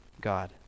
God